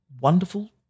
wonderful